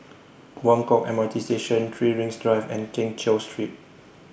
Buangkok M R T Station three Rings Drive and Keng Cheow Street